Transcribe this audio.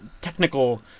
technical